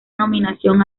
nominación